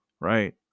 Right